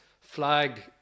flag